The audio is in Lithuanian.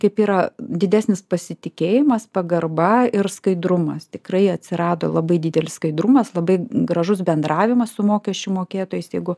kaip yra didesnis pasitikėjimas pagarba ir skaidrumas tikrai atsirado labai didelis skaidrumas labai gražus bendravimas su mokesčių mokėtojais jeigu